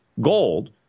gold